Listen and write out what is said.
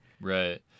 Right